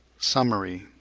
summary.